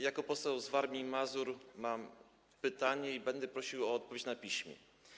Jako poseł z Warmii i Mazur mam pytanie i będę prosił o odpowiedź na piśmie.